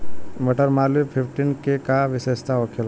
मटर मालवीय फिफ्टीन के का विशेषता होखेला?